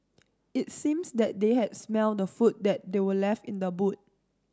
it seems that they had smelt the food that were left in the boot